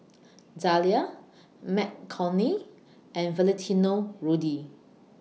Zalia McCormick and Valentino Rudy